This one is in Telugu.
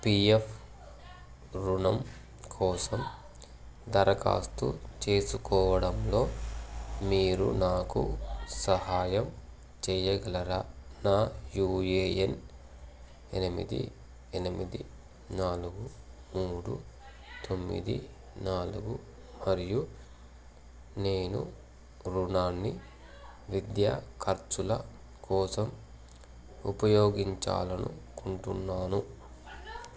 పీఎఫ్ రుణం కోసం దరఖాస్తు చేసుకోవడంలో మీరు నాకు సహాయం చెయ్యగలరా నా యూఏఎన్ ఎనిమిది ఎనిమిది నాలుగు మూడు తొమ్మిది నాలుగు మరియు నేను రుణాన్ని విద్యా ఖర్చుల కోసం ఉపయోగించాలను కుంటున్నాను